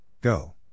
Go